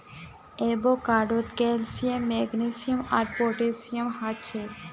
एवोकाडोत calcium magnesium आर potassium हछेक